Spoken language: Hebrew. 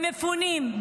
במפונים,